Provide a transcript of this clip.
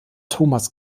thomas